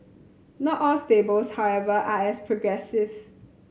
not all stables however are as progressive